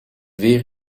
weer